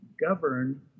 governed